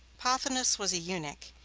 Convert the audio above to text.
pothinus was a eunuch.